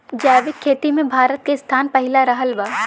जैविक खेती मे भारत के स्थान पहिला रहल बा